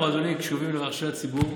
אנחנו, אדוני, קשובים לרחשי הציבור.